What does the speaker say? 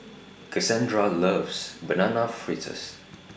Cassandra loves Banana Fritters